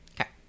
Okay